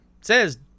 says